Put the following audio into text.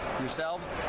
Yourselves